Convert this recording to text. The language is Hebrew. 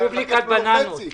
רפובליקת בננות.